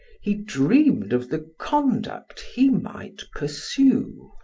he dreamed of the conduct he might pursue.